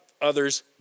others